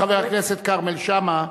לחבר הכנסת כרמל שאמה,